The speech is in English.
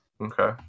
Okay